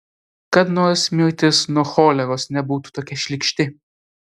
kad nors mirtis nuo choleros nebūtų tokia šlykšti